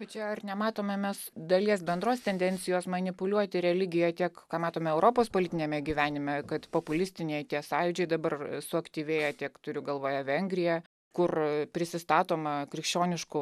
bet čia ar nematome mes dalies bendros tendencijos manipuliuoti religija tiek ką matome europos politiniame gyvenime kad populistiniai tie sąjūdžiai dabar suaktyvėjo tiek turiu galvoje vengrija kur prisistatoma krikščioniškų